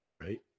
right